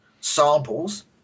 samples